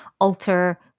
alter